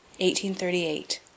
1838